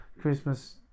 Christmas